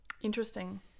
interesting